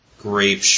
Grape